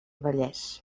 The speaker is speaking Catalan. vallès